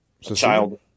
child